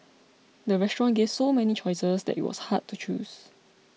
the restaurant gave so many choices that it was hard to choose